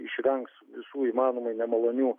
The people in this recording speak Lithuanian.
išvengs visų įmanomai nemalonių